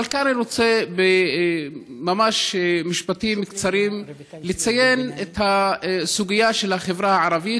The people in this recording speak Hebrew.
אבל כאן אני רוצה ממש במשפטים קצרים לציין את הסוגיה של החברה הערבית,